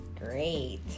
great